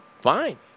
fine